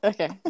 Okay